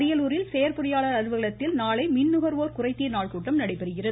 அரியலூர் செயற்பொறியாளர் அலுவலகத்தில் நாளை மின் நுகர்வோர் குறைதீர் நாள் கூட்டம் நடைபெறுகிறது